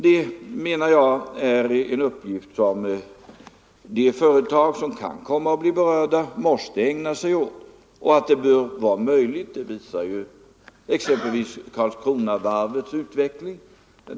Jag anser, att det är en uppgift som de företag som kan komma att bli berörda måste ägna sig åt. Att det är möjligt visar exempelvis Karlskronavarvets utveckling.